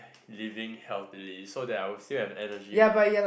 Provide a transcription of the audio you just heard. living healthily so that I will still have energy when I